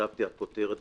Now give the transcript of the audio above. כתבתי בכותרת,